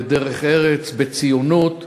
בדרך-ארץ, בציונות.